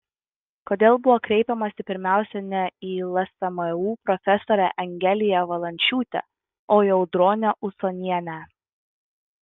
kodėl buvo kreipiamasi pirmiausia ne į lsmu profesorę angeliją valančiūtę o į audronę usonienę